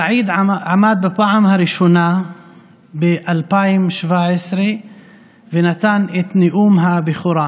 סעיד עמד בפעם הראשונה ב-2017 ונתן את נאום הבכורה,